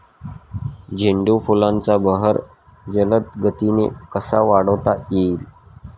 झेंडू फुलांचा बहर जलद गतीने कसा वाढवता येईल?